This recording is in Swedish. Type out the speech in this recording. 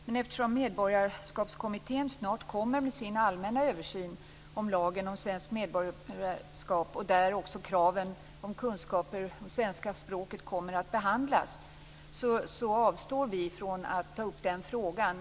Men eftersom Medborgarskapskommittén snart kommer med sin allmänna översyn av lagen om svenskt medborgarskap, där också kraven om kunskaper i svenska språket kommer att behandlas, avstår vi ifrån att ta upp den frågan.